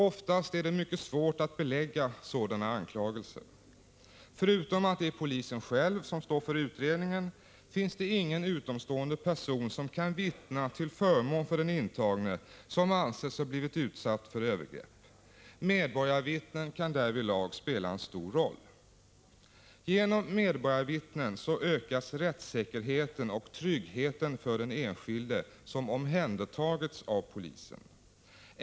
Oftast är det mycket svårt att belägga sådana anklagelser. Förutom att det är polisen själv som står för utredningen finns det ingen utomstående person som kan vittna till förmån för den intagne som anser sig ha blivit utsatt för övergrepp. Medborgarvittnen kan därvidlag spela en stor roll. Genom medborgarvittnen ökas rättssäkerheten och tryggheten för den enskilde som omhändertagits av polisen.